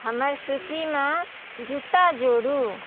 हमर सूचीमे जूता जोड़ू